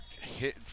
hit